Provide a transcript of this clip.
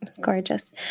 gorgeous